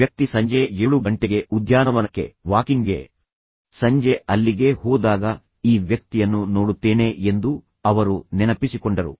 ಈ ವ್ಯಕ್ತಿ ಸಂಜೆ 7 ಗಂಟೆಗೆ ಉದ್ಯಾನವನಕ್ಕೆ ವಾಕಿಂಗ್ಗೆ ಸಂಜೆ ಅಲ್ಲಿಗೆ ಹೋದಾಗ ಈ ವ್ಯಕ್ತಿಯನ್ನು ನೋಡುತ್ತೇನೆ ಎಂದು ಅವರು ನೆನಪಿಸಿಕೊಂಡರು